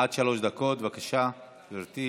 עד שלוש דקות, בבקשה, גברתי.